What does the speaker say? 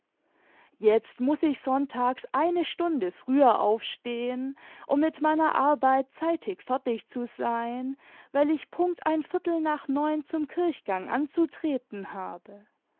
jetzt muß ich sonntags eine stunde früher aufstehen lun mit meiner arbeit zeitig fertig zu sein weil ich punkt ein viertel nach neun zum kirchgang anzutreten habe